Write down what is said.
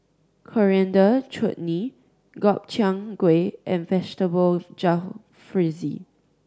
Coriander Chutney Gobchang Gui and Vegetable Jalfrezi